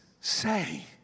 say